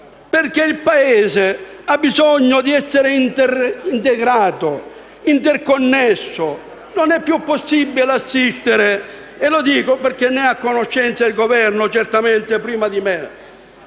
perché il Paese ha bisogno di essere integrato, interconnesso. Non è più ammissibile - lo dico perché ne è a conoscenza il Governo certamente prima di me